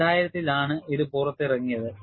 2000 ലാണ് ഇത് പുറത്തിറങ്ങിയത്